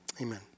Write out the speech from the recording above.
Amen